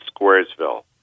Squaresville